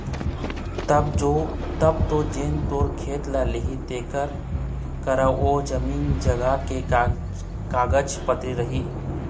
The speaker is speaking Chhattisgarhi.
तब तो जेन तोर खेत ल लिही तेखर करा ओ जमीन जघा के कागज पतर रही